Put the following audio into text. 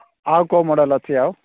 ହଁ ଆଉ କେଉଁ ମଡ଼େଲ୍ ଅଛି ଆଉ